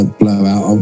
blowout